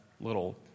little